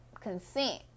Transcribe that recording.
Consent